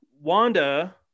Wanda